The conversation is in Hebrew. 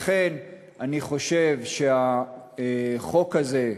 לכן אני חושב שהחוק הזה,